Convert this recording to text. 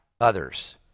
others